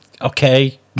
okay